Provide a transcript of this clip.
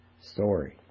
story